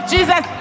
Jesus